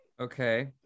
Okay